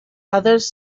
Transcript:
others